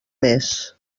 més